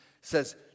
says